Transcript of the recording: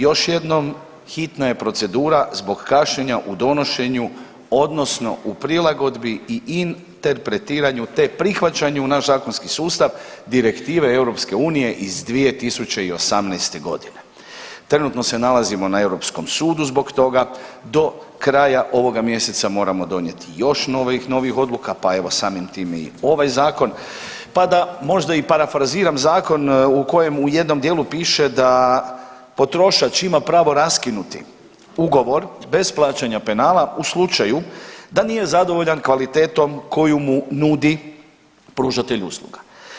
Još jednom, hitna je procedura zbog kašnjenja u donošenju odnosno u prilagodbi i interpretiranju te prihvaćanju u naš zakonski sustav direktive EU iz 2018. g. Trenutno se nalazimo na europskom sudu zbog toga, do kraja ovoga mjeseca moramo donijeti još novijih odluka, pa evo, samim time i ovaj Zakon, pa da možda i parafraziram zakon, u kojemu u kojem dijelu piše da potrošač ima pravo raskinuti ugovor bez plaćanja penala u slučaju da nije zadovoljan kvalitetom koju mu nudi pružatelj usluga.